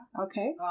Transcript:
Okay